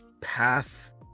path